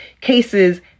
cases